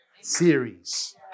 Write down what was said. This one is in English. series